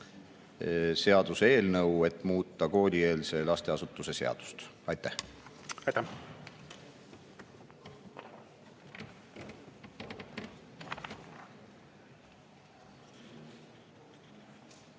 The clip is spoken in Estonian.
seaduseelnõu, et muuta koolieelse lasteasutuse seadust. Aitäh!